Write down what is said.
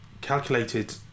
calculated